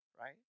Right